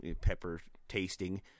pepper-tasting